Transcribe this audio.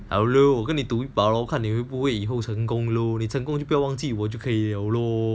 好咯我跟你赌一把看你会不会以后成功咯你成功别忘记我就可以了咯